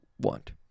want